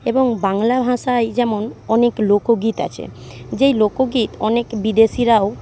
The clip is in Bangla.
এবং বাংলা ভাষায় যেমন অনেক লোকগীত আছে যেই লোকগীত অনেক বিদেশিরাও